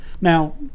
Now